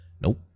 Nope